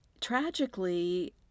tragically